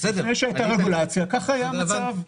לפני שהייתה רגולציה, כך היה המצב.